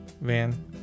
van